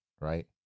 right